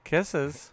Kisses